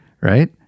right